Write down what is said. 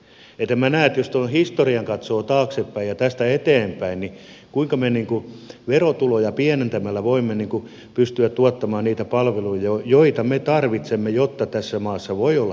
en minä näe jos historiaa katsoo taaksepäin ja tästä eteenpäin että kuinka me verotuloja pienentämällä voimme pystyä tuottamaan niitä palveluja joita me tarvitsemme jotta tässä maassa voi olla työllisyyttä